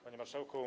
Panie Marszałku!